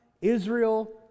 Israel